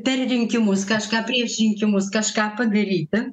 per rinkimus kažką prieš rinkimus kažką padaryti